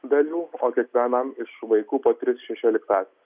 dalių o kiekvienam iš vaikų po tris šešioliktąsias